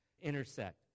Intersect